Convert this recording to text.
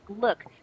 look